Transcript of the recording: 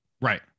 Right